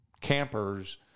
campers